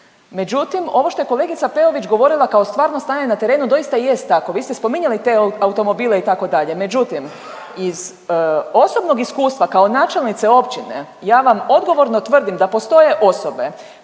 Međutim, ovo što je kolegica Peović govorila kao stvarno stanje na terenu doista jest tako. Vi ste spominjali te automobile itd. Međutim, iz osobnog iskustva kao načelnice općine ja vam odgovorno tvrdim da postoje osobe